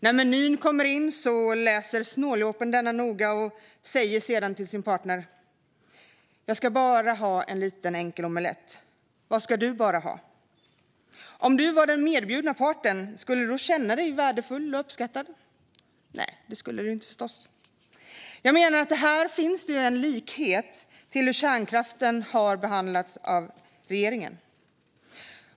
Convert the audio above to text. När menyn kommer in läser snåljåpen denna noga och säger sedan till sin partner: Jag ska bara ha en liten enkel omelett. Vad ska du bara ha? Om du var den medbjudna partnern, skulle du då känna dig värdefull och uppskattad? Nej, det skulle du förstås inte. Jag menar att det finns en likhet mellan detta och hur kärnkraften har behandlats av regeringen.